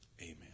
Amen